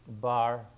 bar